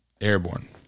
airborne